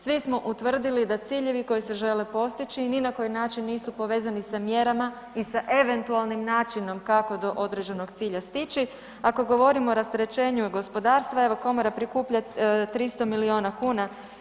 Svi smo utvrdili da ciljevi koji se žele postići ni na koji način nisu povezani s mjerama i sa eventualnim načinom kako do određenog cilja stići, a kad govorimo o rasterećenju gospodarstva, evo, Komora prikuplja 300 milijuna kuna.